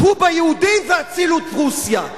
הכו ביהודים והצילו את רוסיה,